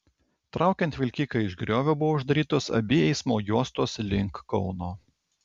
traukiant vilkiką iš griovio buvo uždarytos abi eismo juostos link kauno